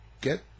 get